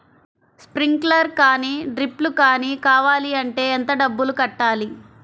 Sprinkler కానీ డ్రిప్లు కాని కావాలి అంటే ఎంత డబ్బులు కట్టాలి?